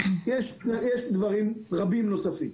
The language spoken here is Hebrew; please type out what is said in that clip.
כן, יש דברים רבים נוספים.